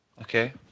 Okay